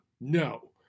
No